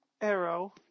Arrow